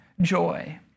joy